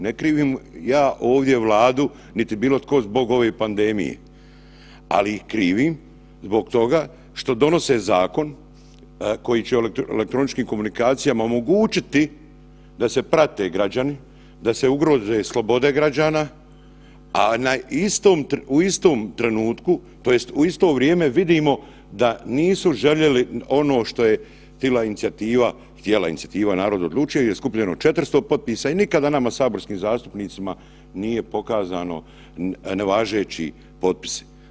Ne krivim ja ovdje Vladu niti bilo tko zbog ove pandemije, ali krivim zbog toga što donose zakon koji će elektroničkim komunikacijama omogućiti da se prate građani, da se ugroze slobode građana, a u istom trenutku, tj. u isto vrijeme vidimo da nisu željeli ono što je htjela inicijativa „Narod odlučuje“ gdje skupljeno 400 potpisa i nikada nama saborskim zastupnicima nije pokazano nevažeći potpisi.